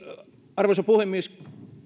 arvoisa puhemies